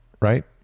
right